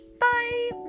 Bye